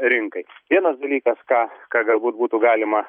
rinkai vienas dalykas ką ką galbūt būtų galima